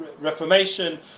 reformation